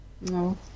No